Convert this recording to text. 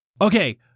Okay